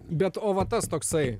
bet o va tas toksai